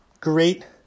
great